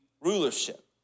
rulership